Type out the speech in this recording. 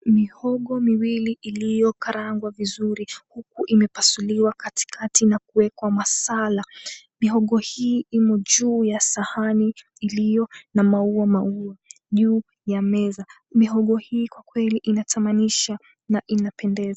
Mihogo miwili iliyokarangwa vizuri huku imepasuliwa katikati na kuwekwa masala. Mihogo hii imo juu ya sahani iliyona maua maua juu ya meza. Mihogo hii kweli inatamanisha na inapendeza.